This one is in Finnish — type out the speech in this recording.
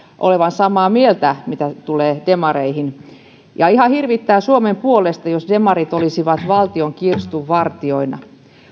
olevan samaa mieltä mitä tulee demareihin ihan hirvittää suomen puolesta jos demarit olisivat valtion kirstun vartijoina